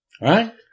Right